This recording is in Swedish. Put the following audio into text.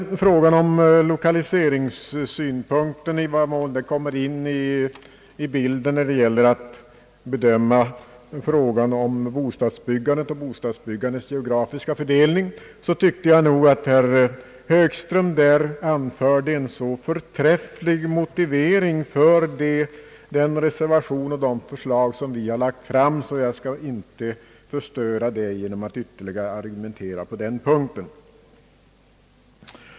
Beträffande lokaliseringssynpunkten, i den mån den kommer in i bilden när det gäller att bedöma bostadsbyggandet och dess geografiska fördelning, tycker jag att herr Högström anförde en så förträfflig motivering för den reservation och de förslag som vi har lagt fram, att jag inte skall förstöra den genom att ytterligare argumentera på den punkten.